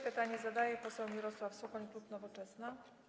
Pytanie zadaje poseł Mirosław Suchoń, klub Nowoczesna.